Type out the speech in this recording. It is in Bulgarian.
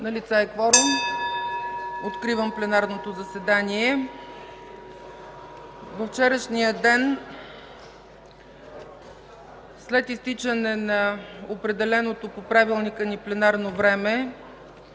Налице е кворум. Откривам пленарното заседание. (Звъни.) Във вчерашния ден след изтичане на определеното по правилника ни пленарно време